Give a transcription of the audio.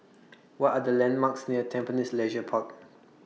What Are The landmarks near Tampines Leisure Park